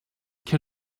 can